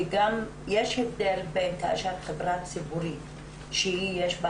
כי גם יש הבדל בין חברה ציבורית שיש בה